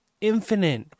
infinite